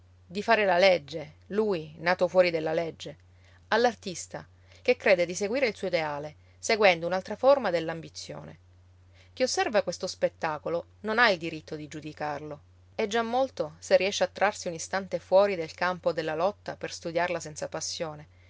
di fare la legge lui nato fuori della legge all'artista che crede di seguire il suo ideale seguendo un'altra forma dell'ambizione chi osserva questo spettacolo non ha il diritto di giudicarlo è già molto se riesce a trarsi un istante fuori del campo della lotta per studiarla senza passione